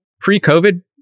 pre-COVID